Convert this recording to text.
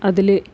അതിൽ